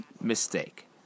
mistake